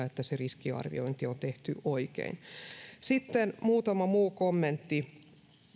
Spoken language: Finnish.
että se riskiarviointi on tehty oikein sitten muutama muu kommentti